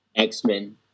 X-Men